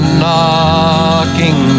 knocking